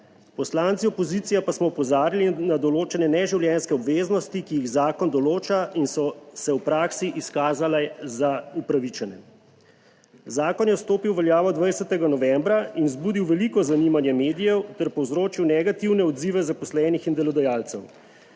Poslanci opozicije pa smo opozarjali na določene neživljenjske obveznosti, ki jih zakon določa in so se v praksi izkazale za upravičene. Zakon je stopil v veljavo 20. novembra in vzbudil veliko zanimanje medijev ter povzročil negativne odzive zaposlenih in delodajalcev.